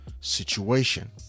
situation